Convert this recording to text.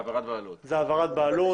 זאת העברת בעלות.